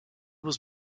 was